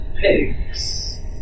Pigs